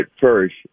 first